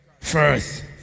First